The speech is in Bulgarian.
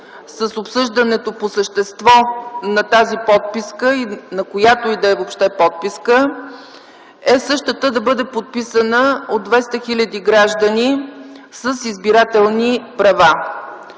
с обсъждането по същество на тази подписка, на която и да е въобще, е същата да бъде подписана от 200 хил. граждани с избирателни права.